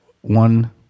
one